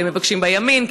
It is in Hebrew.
והם מבקשים בימין,